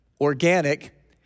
organic